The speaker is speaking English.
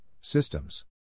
systems